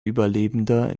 überlebender